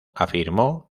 afirmó